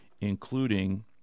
including